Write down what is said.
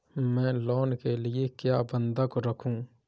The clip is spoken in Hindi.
मैं लोन के लिए क्या बंधक रखूं?